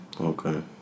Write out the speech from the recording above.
Okay